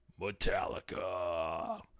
Metallica